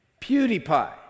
PewDiePie